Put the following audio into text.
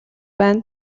байна